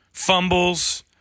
Fumbles